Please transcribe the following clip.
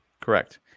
Correct